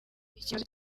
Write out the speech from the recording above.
ikibazo